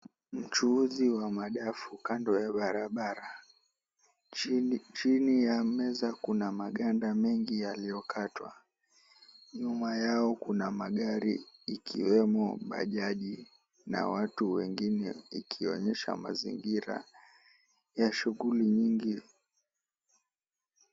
Mchuuzi wa madafu kando ya barabara chini ya meza kuna maganda mengi yaliyokatwa, nyuma yao kuna magari ikiwemo bajaji na watu wengine ikionyesha mazingira ya shughuli nyingi.